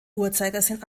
uhrzeigersinn